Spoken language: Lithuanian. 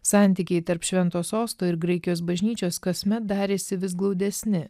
santykiai tarp švento sosto ir graikijos bažnyčios kasmet darėsi vis glaudesni